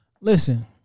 listen